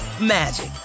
magic